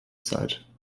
zeit